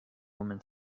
woman